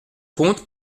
contes